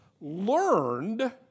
learned